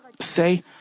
say